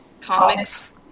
comics